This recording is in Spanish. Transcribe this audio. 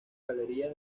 galerías